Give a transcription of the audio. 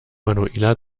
manuela